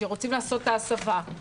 שרוצים לעשות את ההסבה,